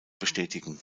bestätigen